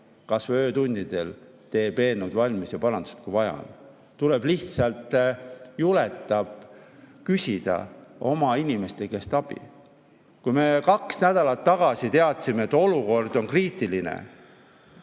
kas või öötundidel teeb valmis eelnõu ja parandused, kui vaja on. Tuleb lihtsalt julgeda küsida oma inimeste käest abi. Juba kaks nädalat tagasi teadsime, et olukord on kriitiline.